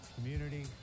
community